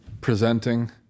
presenting